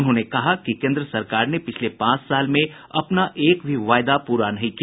उन्होंने कहा कि केन्द्र सरकार ने पिछले पांच साल में अपना एक भी वादा पूरा नहीं किया